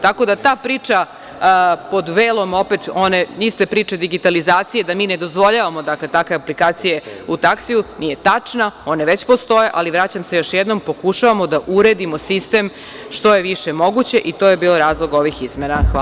Tako da ta priča, pod velom one iste priče digitalizacije, da mi ne dozvoljavamo da se takve aplikacije u taksiju, nije tačna, one već postoje, ali vraćam se još jednom, pokušavamo da uredimo sistem što je više moguće i to je bio razlog ovih izmena.